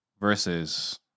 versus